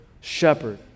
shepherd